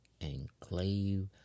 enclave